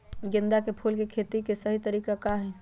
गेंदा के फूल के खेती के सही तरीका का हाई?